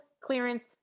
clearance